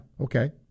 okay